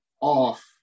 off